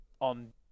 on